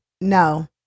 no